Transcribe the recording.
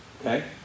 Okay